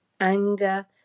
Anger